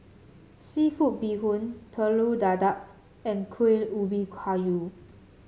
seafood Bee Hoon Telur Dadah and Kueh Ubi Kayu